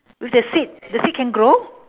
with the seed the seed can grow